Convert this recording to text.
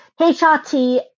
HRT